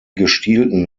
gestielten